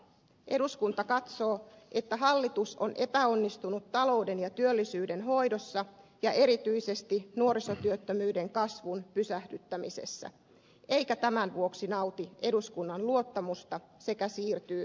eduskunta katsoo että hallitus on epäonnistunut talouden ja työllisyyden hoidossa ja erityisesti nuorisotyöttömyyden kasvun pysähdyttämisessä eikä tämän vuoksi nauti eduskunnan luottamusta sekä siirtyy päiväjärjestykseen